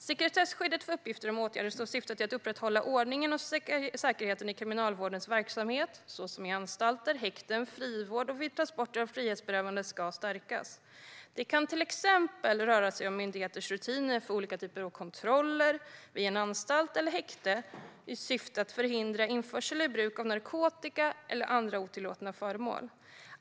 Sekretesskyddet för uppgifter om åtgärder som syftar till att upprätthålla ordningen och säkerheten i Kriminalvårdens verksamhet, till exempel i anstalter och häkten och vid frivård och transporter av frihetsberövade, ska stärkas. Det kan till exempel röra sig om myndighetens rutiner för olika typer av kontroller vid en anstalt eller ett häkte i syfte att förhindra införsel eller bruk av narkotika eller andra otillåtna föremål.